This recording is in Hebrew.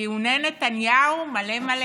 טיעוני נתניהו מלא מלא.